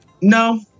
No